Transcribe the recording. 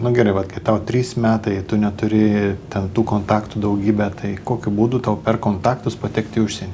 nu gerai vat kai tau trys metai tu neturi ten tų kontaktų daugybę tai kokiu būdu tau per kontaktus patekt į užsienį